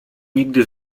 nigdy